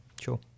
Sure